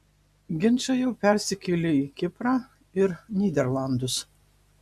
ginčai jau persikėlė į kiprą ir nyderlandus